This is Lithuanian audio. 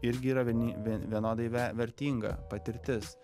irgi yra vieni vi vienodai ve vertinga patirtis